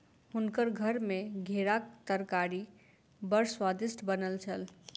हुनकर घर मे घेराक तरकारी बड़ स्वादिष्ट बनल छल